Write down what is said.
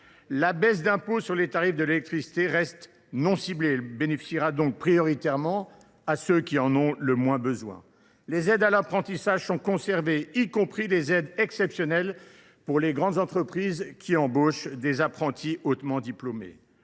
La baisse d’impôt sur les tarifs de l’électricité reste non ciblée, elle bénéficiera donc prioritairement à ceux qui en ont le moins besoin. Les aides à l’apprentissage sont conservées, y compris les aides exceptionnelles pour les grandes entreprises embauchant des apprentis hautement diplômés.